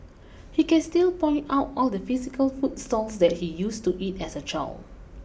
he can still point out all the physical food stalls that he used to eat at as a child